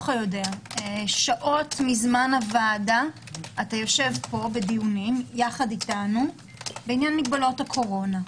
שעות מזמן הוועדה אתה יושב פה בדיונים יחד אתנו בעניין מגבלות הקורונה.